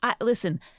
Listen